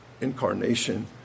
incarnation